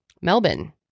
melbourne